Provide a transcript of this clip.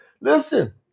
Listen